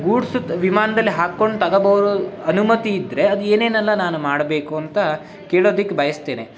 goods ತ್ ವಿಮಾನದಲ್ಲಿ ಹಾಕ್ಕೊಂಡು ತಗಬರೋ ಅನುಮತಿ ಇದ್ದರೆ ಅದು ಏನೇನೆಲ್ಲ ನಾನು ಮಾಡಬೇಕು ಅಂತ ಕೇಳೋದಕ್ಕೆ ಬಯಸ್ತೇನೆ